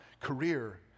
career